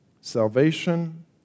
salvation